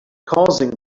causing